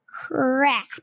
crap